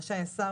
רשאי השר,